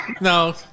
No